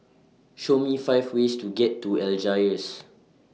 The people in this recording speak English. Show Me five ways to get to Algiers